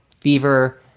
fever